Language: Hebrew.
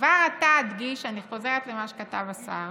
כבר עתה אדגיש, אני חוזרת למה שכתב השר